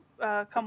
come